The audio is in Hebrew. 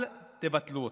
אל תבטלו אותו.